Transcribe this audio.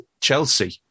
Chelsea